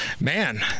man